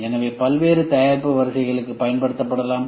எனவே இது பல்வேறு தயாரிப்பு வரிசைகளுக்கு பயன்படுத்தப்படலாம்